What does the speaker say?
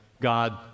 God